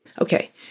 Okay